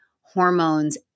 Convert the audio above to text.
hormones